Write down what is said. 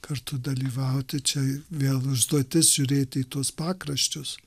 kartu dalyvauti čia vėl užduotis žiūrėti į tuos pakraščius